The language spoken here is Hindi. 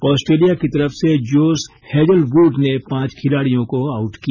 ऑस्ट्रेलिया की तरफ से जोश हेजलवूड ने पांच खिलाडियों को आउट किया